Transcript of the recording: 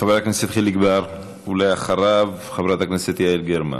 חבר הכנסת חיליק בר, ואחריו, חברת הכנסת יעל גרמן.